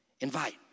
invite